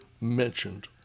mentioned